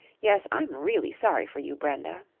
yes, i'm really sorry for you, brenda.